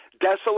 desolate